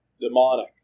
demonic